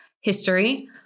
History